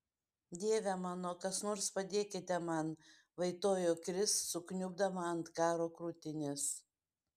dieve mano kas nors padėkite man vaitojo kris sukniubdama ant karo krūtinės